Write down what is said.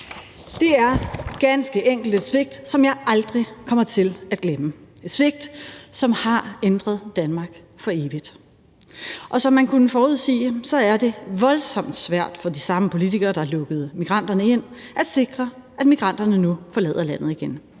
Det er ganske enkelt et svigt, som jeg aldrig kommer til at glemme – et svigt, som har ændret Danmark for evigt. Og som man kunne forudsige, er det voldsomt svært for de samme politikere, der lukkede migranterne ind, at sikre, at migranterne nu forlader landet igen.